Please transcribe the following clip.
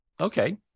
okay